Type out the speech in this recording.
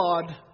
God